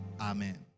Amen